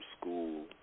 school